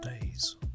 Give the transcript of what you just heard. days